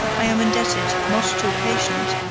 i am indebted, not to a patient,